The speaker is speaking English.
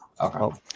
Okay